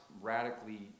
radically